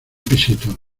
pisito